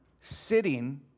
sitting